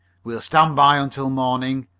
we'll stand by until morning,